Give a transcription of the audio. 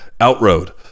outroad